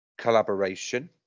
Collaboration